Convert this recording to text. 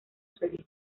solista